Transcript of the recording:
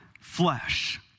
flesh